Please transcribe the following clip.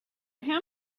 him